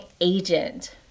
agent